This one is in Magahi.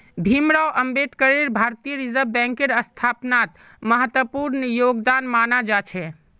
भीमराव अम्बेडकरेर भारतीय रिजर्ब बैंकेर स्थापनात महत्वपूर्ण योगदान माना जा छे